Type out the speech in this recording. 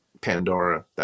Pandora